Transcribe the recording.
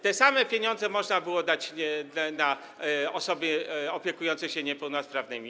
Te same pieniądze można było dać na osoby opiekujące się niepełnosprawnymi.